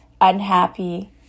unhappy